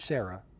Sarah